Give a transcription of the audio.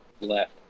left